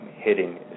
hitting